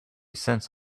cents